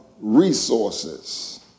resources